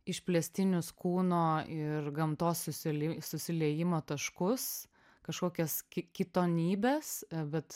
išplėstinius kūno ir gamtos susili susiliejimo taškus kažkokias ki kitonybes vat